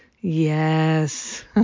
Yes